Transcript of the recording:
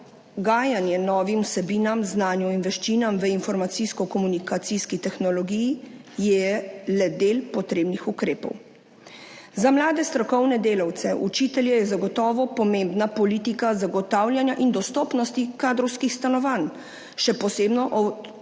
prilagajanje novim vsebinam, znanju in veščinam v informacijsko komunikacijski tehnologiji, je le del potrebnih ukrepov. Za mlade strokovne delavce, učitelje, je zagotovo pomembna politika zagotavljanja in dostopnosti kadrovskih stanovanj, še posebno o